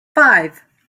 five